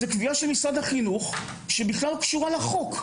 זאת קביעה של משרד החינוך שבכלל לא קשורה לחוק.